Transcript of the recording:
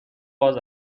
باز